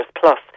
Plus